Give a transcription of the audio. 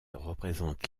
représente